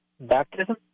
Baptism